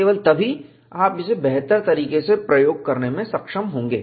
केवल तभी आप इसे बेहतर तरीके से प्रयोग करने में सक्षम होंगे